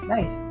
Nice